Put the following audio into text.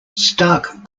stark